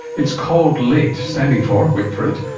it's called late, standing for, wait for it,